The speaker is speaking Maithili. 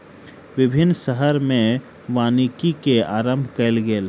विभिन्न शहर में वानिकी के आरम्भ कयल गेल